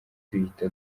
duhita